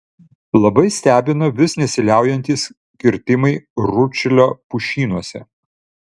labai stebina vis nesiliaujantys kirtimai rūdšilio pušynuose